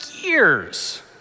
years